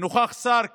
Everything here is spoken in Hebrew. נוכח שר כאן,